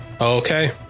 Okay